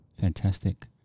Fantastic